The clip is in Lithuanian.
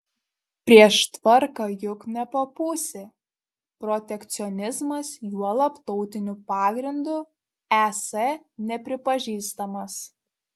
prieš tvarką juk nepapūsi protekcionizmas juolab tautiniu pagrindu es nepripažįstamas